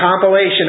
compilation